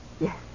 Yes